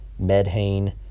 medhane